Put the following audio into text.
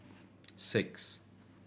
six